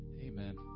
amen